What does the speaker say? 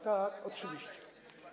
Tak, oczywiście.